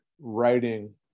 writing